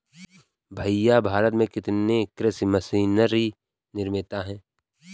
भैया भारत में कितने कृषि मशीनरी निर्माता है?